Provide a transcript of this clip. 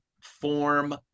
form